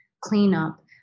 cleanup